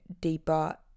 deeper